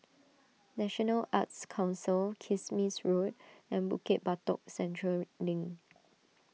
National Arts Council Kismis Road and Bukit Batok Central Link